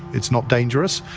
it's not dangerous,